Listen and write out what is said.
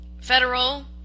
federal